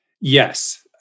Yes